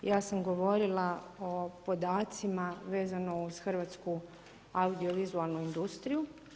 Ja sam govorila o podacima vezano uz Hrvatsku audiovizualnu industriju.